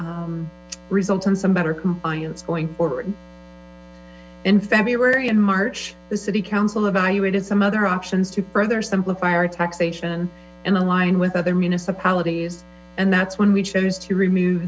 result in some better compliance going forward in february and march the city council evaluated some other options to further simplify our taxation and align with other municipalities and that's when we chose to remove